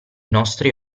nostri